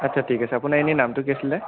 আচ্ছা ঠিক আছে আপোনাৰ এনেই নামটো কি আছিলে